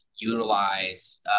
utilize